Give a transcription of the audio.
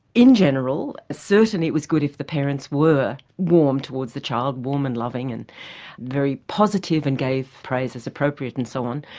in general certainly it was good if the parents were warm towards the child, warm and loving and very positive and gave praise as appropriate and so on.